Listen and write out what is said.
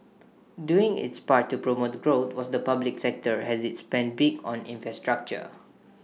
doing its part to promote growth was the public sector as IT spent big on infrastructure